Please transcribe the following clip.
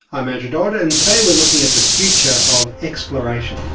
i'm andrew dodd and today we're looking at the future of explorationexcerpt